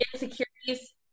insecurities